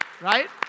Right